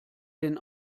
den